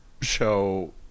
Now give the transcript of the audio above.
show